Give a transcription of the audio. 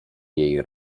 jej